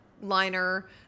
liner